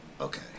Okay